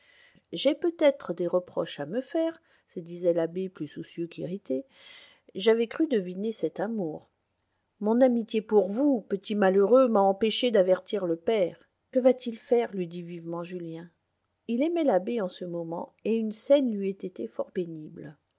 j'ai peut-être des reproches à me faire se disait l'abbé plus soucieux qu'irrité j'avais cru deviner cet amour mon amitié pour vous petit malheureux m'a empêché d'avertir le père que va-t-il faire lui dit vivement julien il aimait l'abbé en ce moment et une